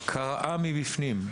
קרעו מבפנים,